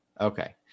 okay